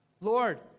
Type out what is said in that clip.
Lord